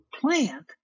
plant